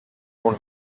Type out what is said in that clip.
und